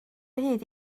hyd